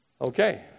Okay